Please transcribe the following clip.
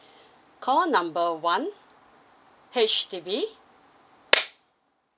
call number one H_D_B